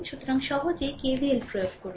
সুতরাং সহজেই KVL প্রয়োগ করুন